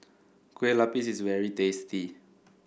Kueh Lapis is very tasty